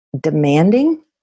demanding